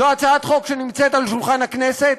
זו הצעת חוק שנמצאת על שולחן הכנסת,